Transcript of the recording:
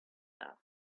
that